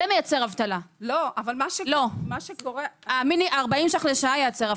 זה מייצר אבטלה, ה-40 ש"ח לשעה ייצר אבטלה.